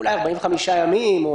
אולי 45 ימים.